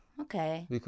Okay